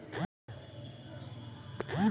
बीमा लेके खातिर की करें परतें?